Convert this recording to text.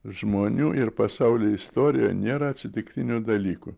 žmonių ir pasaulio istorijoj nėra atsitiktinių dalykų